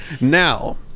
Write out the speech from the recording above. Now